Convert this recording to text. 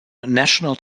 national